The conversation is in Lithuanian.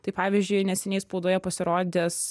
tai pavyzdžiui neseniai spaudoje pasirodęs